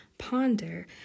Ponder